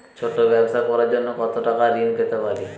ছোট ব্যাবসা করার জন্য কতো টাকা ঋন পেতে পারি?